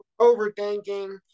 overthinking